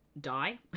die